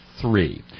three